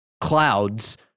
clouds